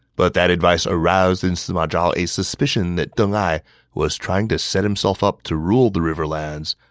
but that advice aroused in sima zhao a suspicion that deng ai was trying to set himself up to rule the riverlands.